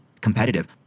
competitive